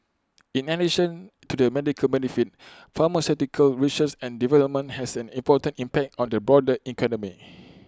in addition to the medical benefit pharmaceutical research and development has an important impact on the broader economy